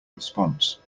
response